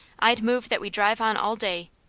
i'd move that we drive on all day.